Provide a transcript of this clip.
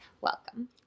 Welcome